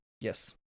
Yes